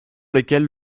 lesquelles